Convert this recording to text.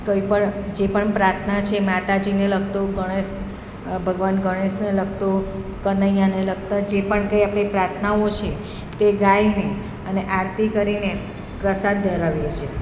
કંઈ પણ જે પણ પ્રાર્થના છે માતાજીને લગતો ગણેશ ભગવાન ગણેશને લગતો કનૈયાને લગતા જે પણ કંઈ આપણી પ્રાર્થનાઓ છે તે ગાઈને અને આરતી કરીને પ્રસાદ ધરાવીએ છીએ